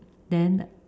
then the